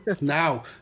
now